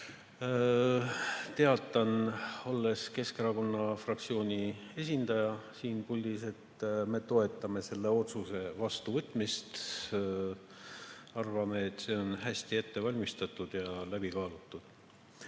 teatan, olles Keskerakonna fraktsiooni esindaja siin puldis, et me toetame selle otsuse vastuvõtmist. Arvame, et see on hästi ette valmistatud ja läbi kaalutud.